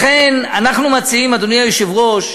לכן אנחנו מציעים, אדוני היושב-ראש,